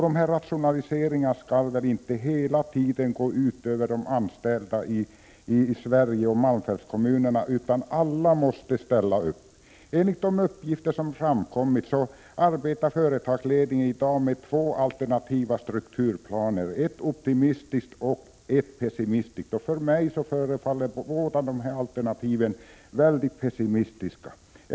De rationaliseringarna skall väl inte hela tiden gå ut över de anställda i Sverige och i malmfältskommunerna, utan alla måste ställa upp. Enligt de uppgifter som framkommit arbetar företagsledningen i dag med två alternativa strukturplaner, en optimistisk och en pessimistisk. För mig förefaller båda alternativen mycket pessimistiska.